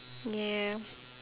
ya